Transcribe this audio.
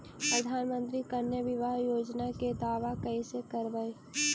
प्रधानमंत्री कन्या बिबाह योजना के दाबा कैसे करबै?